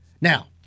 Now